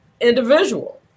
individual